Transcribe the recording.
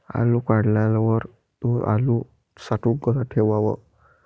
आलू काढल्यावर थो आलू साठवून कसा ठेवाव?